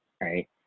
right